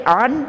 on